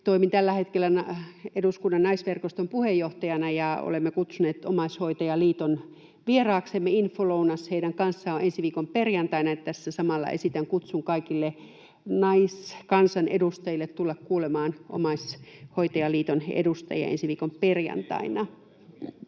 Toimin tällä hetkellä eduskunnan naisverkoston puheenjohtajana, ja olemme kutsuneet Omaishoitajaliiton vieraaksemme. Infolounas heidän kanssaan on ensi viikon perjantaina, ja tässä samalla esitän kutsun kaikille naiskansanedustajille tulla kuulemaan Omaishoitajaliiton edustajia ensi viikon perjantaina.